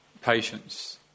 patience